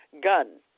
gun